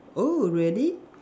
oh really